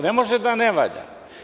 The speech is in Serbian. Ne može da ne valja.